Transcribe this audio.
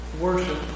worship